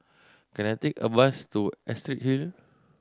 can I take a bus to Astrid Hill